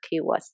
keywords